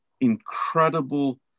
incredible